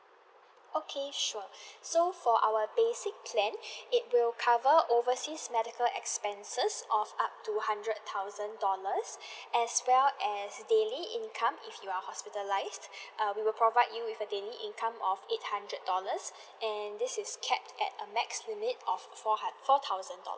okay sure so for our basic plan it will cover overseas medical expenses of up to hundred thousand dollars as well as daily income if you're hospitalized err we will provide you with a daily income of eight hundred dollars and this is capped at a max limit of four hund~ four thousand dollars